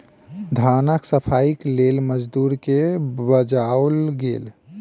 धानक सफाईक लेल मजदूर के बजाओल गेल